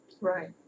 Right